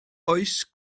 oes